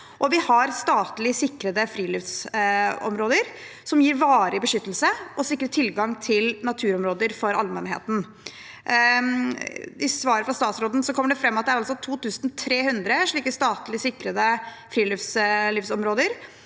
vi statlig sikrede friluftsområder som gir varig beskyttelse og sikrer tilgang til naturområder for allmennheten. I svaret fra statsråden kommer det fram at det er 2 300 slike statlig sikrede friluftsområder,